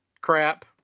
crap